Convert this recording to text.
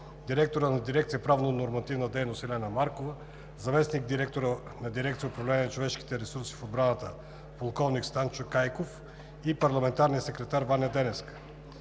директорът на дирекция „Правно нормативна дейност“ Елена Маркова, заместник-директорът на дирекция „Управление на човешките ресурси в отбраната“ полковник Станчо Кайков и парламентарният секретар Ваня Деневска.